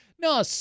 no